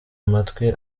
amatwi